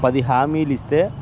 పది హామీలు ఇస్తే